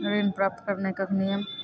ऋण प्राप्त करने कख नियम?